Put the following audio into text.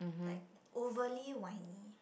like overly whiny